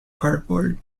cardboard